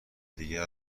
دیگر